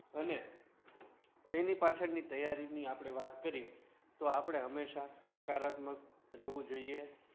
અને તેની પાછળની તૈયારીની આપણે વાત કરીએ તો આપણે હંમેશા સકારાત્મક રહેવું જોઈએ